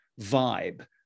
vibe